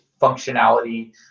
functionality